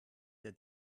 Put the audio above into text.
der